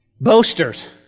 Boasters